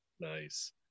nice